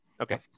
Okay